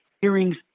hearings